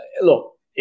look